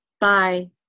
Bye